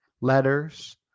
Letters